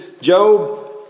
Job